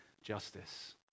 justice